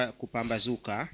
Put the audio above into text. kupambazuka